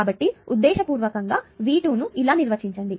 కాబట్టి ఉద్దేశ్యపూర్వకంగా ఈ V2 ని ఇలా నిర్వచించండి